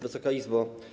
Wysoka Izbo!